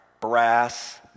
brass